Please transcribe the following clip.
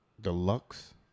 Deluxe